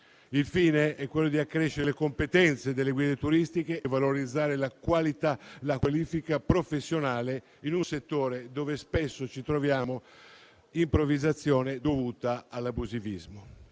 Il fine è quello di accrescere le competenze delle guide turistiche e valorizzare la qualifica professionale in un settore dove spesso troviamo improvvisazione dovuta all'abusivismo.